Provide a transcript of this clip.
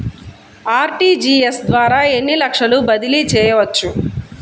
RTGS ద్వారా ఎన్ని లక్షలు బదిలీ చేయవచ్చు?